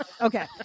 Okay